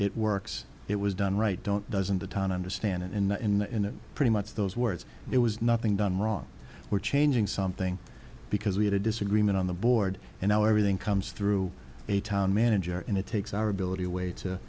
it works it was done right don't doesn't the town understandings in pretty much those words it was nothing done wrong we're changing something because we had a disagreement on the board and now everything comes through a town manager and it takes our ability away to